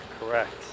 Correct